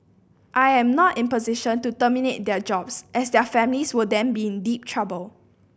I am not in a position to terminate their jobs as their families will then be in deep trouble